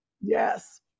Yes